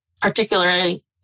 particularly